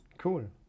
Cool